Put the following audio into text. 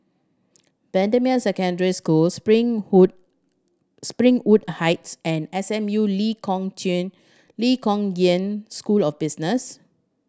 Bendemeer Secondary School Spring hood Springwood Heights and S M U Lee Kong Chian Lee Kong Yan School of Business